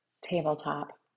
tabletop